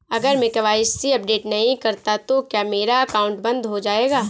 अगर मैं KYC update नहीं करता तो क्या मेरा अकाउंट बंद हो जाएगा?